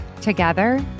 Together